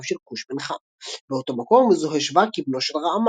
של כוש בן חם באותו מקור מזוהה שבא כבנו של רעמה,